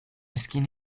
esquina